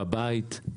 בבית.